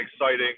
exciting